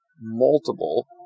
multiple